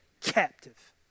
captive